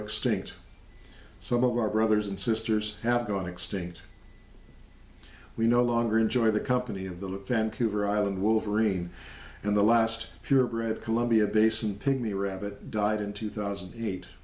extinct some of our brothers and sisters have gone extinct we no longer enjoy the company of the fent cooper island wolverine in the last purebred colombia basin pygmy rabbit died in two thousand and eight